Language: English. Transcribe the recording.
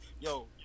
Yo